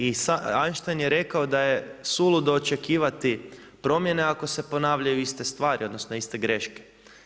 I Einstein je rekao da je suludo očekivati promjene ako se ponavljaju iste stvari, odnosno iste greške.